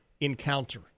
encounter